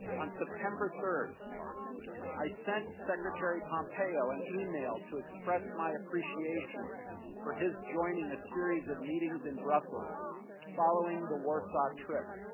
on september third i sent secretary pompeo an email to express my appreciation for his joining a series of meetings in brussels following the warsaw trip.